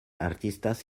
artistas